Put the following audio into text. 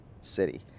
city